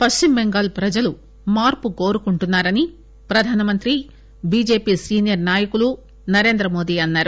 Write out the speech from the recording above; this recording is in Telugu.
పశ్చిమ బెంగాల్ ప్రజలు మార్పు కోరుకుంటున్నారని ప్రధానమంత్రి బిజెపి సీనియర్ నాయకులు నరేంద్రమోది అన్నారు